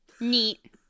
Neat